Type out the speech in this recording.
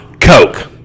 Coke